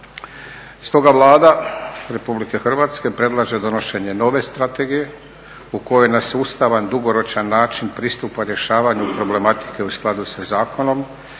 Stoga Vlada RH predlaže donošenje nove strategije u kojoj na sustavan, dugoročan način pristupa rješavanju problematike u skladu sa zakonom,